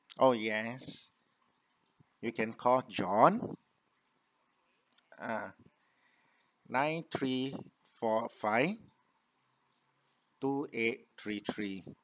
oh yes you can call john ah nine three four five two eight three three